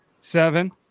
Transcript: seven